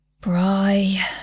Bry